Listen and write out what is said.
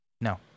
No